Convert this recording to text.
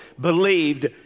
believed